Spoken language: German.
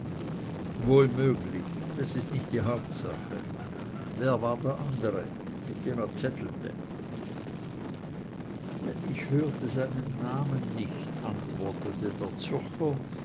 wohl möglich das ist nicht die hauptsache wer war der andere mit dem er zettelte ich hörte seinen namen nicht antwortete der zürcher